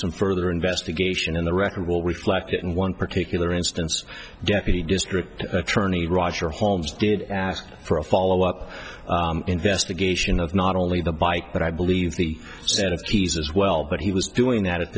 some further investigation and the record will reflect that in one particular instance deputy district attorney roger holmes did ask for a follow up investigation of not only the bike but i believe the set of keys as well but he was doing that at